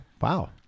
Wow